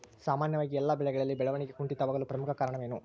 ಸಾಮಾನ್ಯವಾಗಿ ಎಲ್ಲ ಬೆಳೆಗಳಲ್ಲಿ ಬೆಳವಣಿಗೆ ಕುಂಠಿತವಾಗಲು ಪ್ರಮುಖ ಕಾರಣವೇನು?